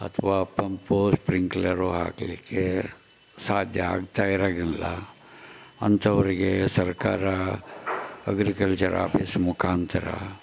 ಅಥ್ವಾ pump sprinkler ಹಾಕ್ಲಿಕ್ಕೆ ಸಾಧ್ಯ ಆಗ್ತಾ ಇರೋಂಗಿಲ್ಲ ಅಂಥವರಿಗೆ ಸರ್ಕಾರ ಅಗ್ರಿಕಲ್ಚರ್ ಆಪೀಸ್ ಮುಖಾಂತರ